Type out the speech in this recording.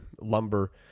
lumber